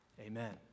amen